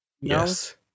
Yes